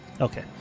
Okay